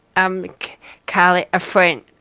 um carly, a friend,